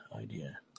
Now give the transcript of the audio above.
idea